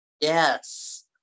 Yes